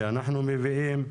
שאנחנו מביאים,